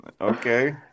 Okay